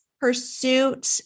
Pursuit